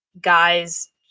guys